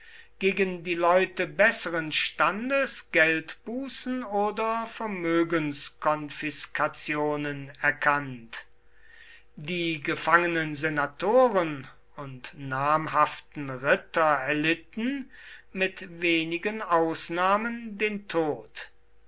gegen die leute besseren standes geldbußen oder vermögenskonfiskationen erkannt die gefangenen senatoren und namhaften ritter erlitten mit wenigen ausnahmen den tod